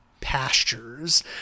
Pastures